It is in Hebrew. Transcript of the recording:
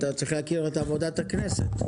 אתה צריך להכיר את עבודת הכנסת.